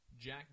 Jack